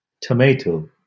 tomato